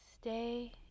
stay